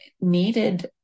needed